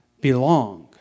belong